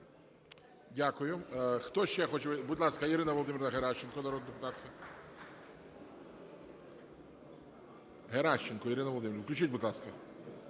Дякую. Хто ще хоче? Будь ласка, Ірина Володимирівна Геращенко, народна депутатка. Геращенко Ірина Володимирівна. Включіть, будь ласка.